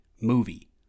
movie